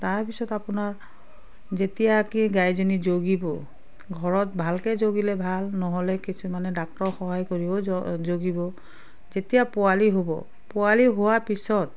তাৰ পিছত আপোনাৰ যেতিয়া কি গাইজনী জগিব ঘৰত ভালকৈ জগিলে ভাল নহ'লে কিছুমানে ডাক্টৰৰ সহায় কৰিব জগিব যেতিয়া পোৱালি হ'ব পোৱালি হোৱাৰ পিছত